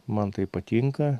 man tai patinka